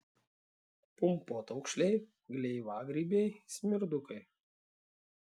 pumpotaukšliai gleiviagrybiai smirdukai